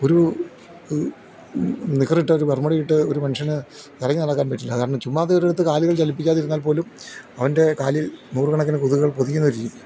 ഒരു നിക്കറിട്ട് ഒരു ബർമ്മുടയിട്ട് ഒരു മനുഷ്യന് ഇറങ്ങി നടക്കാൻ പറ്റില്ല കാരണം ചുമ്മാതെ ഒരിടത്ത് കാലുകൾ ചലിപ്പിക്കാതിരുന്നാൽ പോലും അവൻ്റെ കാലിൽ നൂറ് കണക്കിന് കൊതുകുകൾ പൊതിയുന്ന ഒരു രീതി